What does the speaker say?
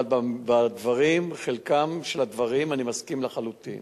אבל עם חלק מהדברים אני מסכים לחלוטין.